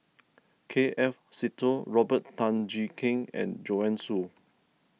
K F Seetoh Robert Tan Jee Keng and Joanne Soo